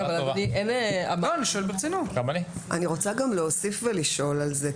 אני רוצה גם להוסיף ולשאול על זה,